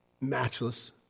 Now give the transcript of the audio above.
matchless